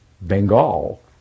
Bengal